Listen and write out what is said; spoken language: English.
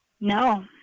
No